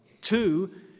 Two